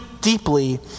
deeply